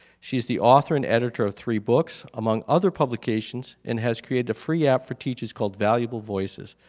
she's the author and editor of three books among other publications and has created a free app for teachers called valuable voices.